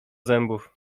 zębów